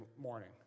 morning